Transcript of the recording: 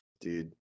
dude